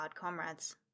comrades